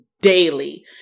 daily